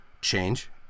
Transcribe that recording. change